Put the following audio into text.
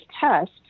test